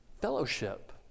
Fellowship